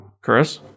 Chris